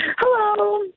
Hello